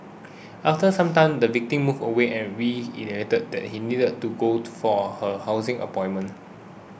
after some time the victim moved away and reiterated that she needed to go for her housing appointment